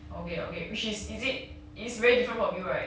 okay okay which is is it is it very different from you right